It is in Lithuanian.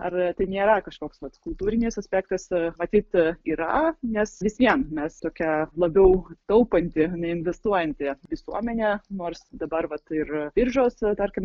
ar tai nėra kažkoks vat kultūrinis aspektas matyt yra nes vis vien mes tokią labiau taupanti ne investuojanti visuomenė nors dabar vat ir biržos tarkim